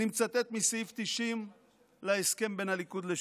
אני מצטט מסעיף 90 להסכם בין הליכוד לש"ס.